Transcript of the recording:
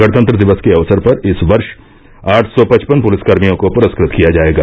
गणतंत्र दिवस के अवसर पर इस वर्ष आठ सौ पचपन पुलिसकर्मियों को पुरस्कृत किया जायेगा